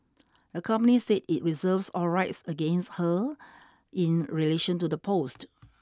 the company said it reserves all rights against her in relation to the post